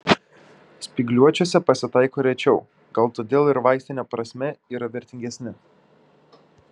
spygliuočiuose pasitaiko rečiau gal todėl ir vaistine prasme yra vertingesni